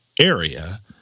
area